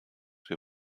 wir